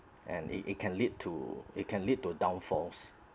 and it it can lead to it can lead to down falls